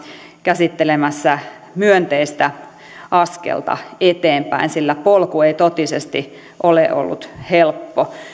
käsittelemässä myönteistä askelta eteenpäin sillä polku ei totisesti ole ollut helppo